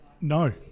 No